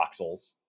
voxels